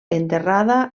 enterrada